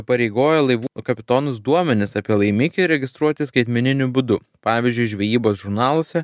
įpareigoja laivų kapitonus duomenis apie laimikį įregistruoti skaitmeniniu būdu pavyzdžiui žvejybos žurnaluose